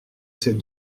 ces